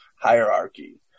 hierarchy